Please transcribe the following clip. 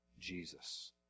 Jesus